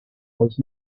was